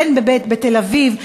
בין בתל-אביב,